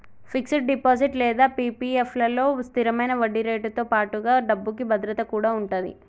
fixed deposit లేదా PPF లలో స్థిరమైన వడ్డీరేటుతో పాటుగా డబ్బుకి భద్రత కూడా ఉంటది